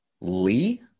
Lee